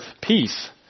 peace